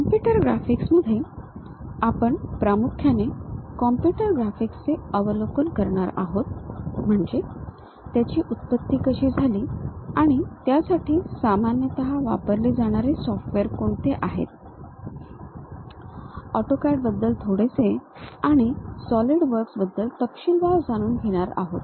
computer ग्राफिक्समध्ये आपण प्रामुख्याने कॉम्प्युटर ग्राफिक्सचे अवलोकन करणार आहोत म्हणजे त्यांची उत्पत्ती कशी झाली आणि त्यासाठी सामान्यतः वापरले जाणारे सॉफ्टवेअर कोणते आहेत AutoCAD बद्दल थोडेसे आणि SolidWorks बद्दल तपशीलवार जाणून घेणार आहोत